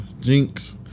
jinx